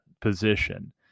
position